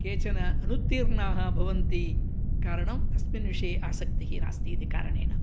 केचन अनुत्तीर्णाः भवन्ति कारणं तस्मिन् विषये आसक्तिः नास्ति इति कारणेन